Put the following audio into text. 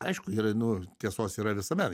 aišku yra nu tiesos yra visame